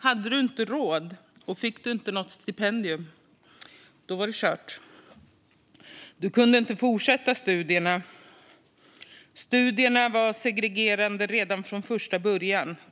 Hade man inte råd och fick man inte något stipendium var det kört. Man kunde då inte fortsätta studierna. Studierna var segregerande redan från första början.